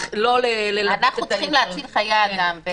--- אנחנו צריכים להציל חיי אדם.